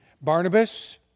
Barnabas